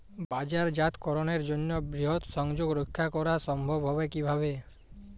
বাজারজাতকরণের জন্য বৃহৎ সংযোগ রক্ষা করা সম্ভব হবে কিভাবে?